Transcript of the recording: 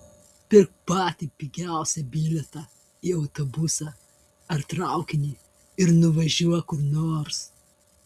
pirk patį pigiausią bilietą į autobusą ar traukinį ir nuvažiuok kur nors